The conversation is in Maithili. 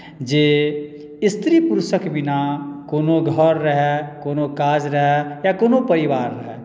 जे स्त्री पुरुषक बिना कोनो घर रहय कोनो काज रहय या कोनो परिवार रहय